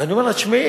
ואני אומר לה: תשמעי,